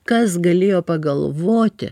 kas galėjo pagalvoti